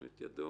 ירים את ידו.